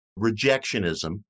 rejectionism